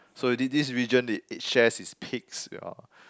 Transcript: so did this region did it shares it's peaks yeah